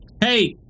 Hey